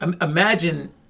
Imagine